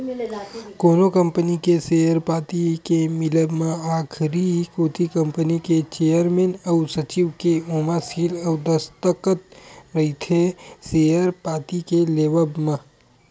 कोनो कंपनी के सेयर पाती के मिलब म आखरी कोती कंपनी के चेयरमेन अउ सचिव के ओमा सील अउ दस्कत रहिथे सेयर पाती के लेवब म